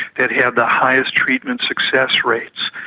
that have the highest treatment success rates.